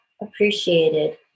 appreciated